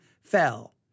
fell